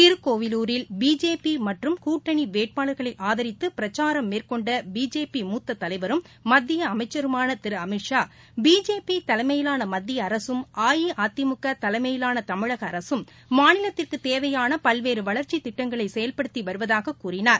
திருக்கோவிலூரில் பிஜேபிமற்றும் கூட்டணிவேட்பாளர்களைஆதரித்துபிரச்சாரம் மேற்கொண்டபிஜேபி முத்ததலைவரும் மத்தியஅமைச்சருமானதிருஅமித்ஷா பிஜேபிதலைமயிலானமத்தியஅரசும் அஇஅதிமுகதலைமையிலானதமிழகஅரசும் மாநிலத்திற்குதேவையானபல்வேறுவளர்ச்சிதிட்டங்களைசெயல்படுத்திவருவதாககூறினார்